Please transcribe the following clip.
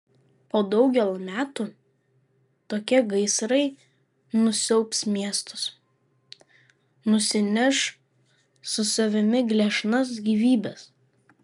po daugel metų tokie gaisrai nusiaubs miestus nusineš su savimi gležnas gyvybes